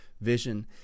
vision